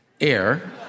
Air